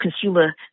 consumer